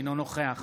אינו נוכח